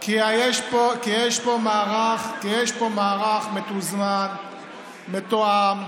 כי יש פה מערך מתוזמן, מתואם,